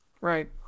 Right